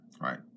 right